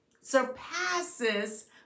surpasses